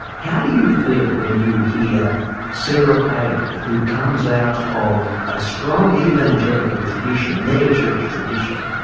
how do you feel when you hear sarah palin, who comes out of a strong evangelical tradition, a mega-church tradition,